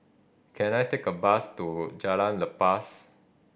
can I take a bus to Jalan Lepas